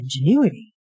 Ingenuity